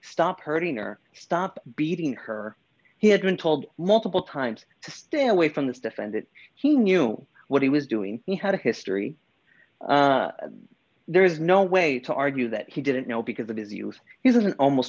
stop hurting or stop beating her he had been told multiple times to stay away from this defendant he knew what he was doing he had a history there is no way to argue that he didn't know because of his youth he's an almost